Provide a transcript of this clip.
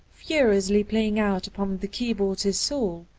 furiously playing out upon the keyboard his soul,